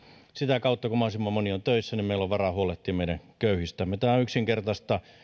sitä kautta kun mahdollisimman moni on töissä meillä on varaa huolehtia meidän köyhistämme tämä on yksinkertaista